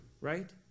right